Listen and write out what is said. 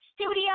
studio